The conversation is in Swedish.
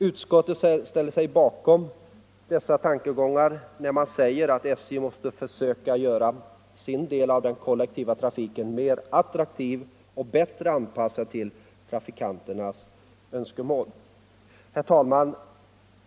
Utskottet ställer sig bakom dessa tankegångar när utskottet säger att SJ måste försöka göra sin del av den kollektiva trafiken mer attraktiv och bättre anpassad till trafikanternas önskemål. Herr talman!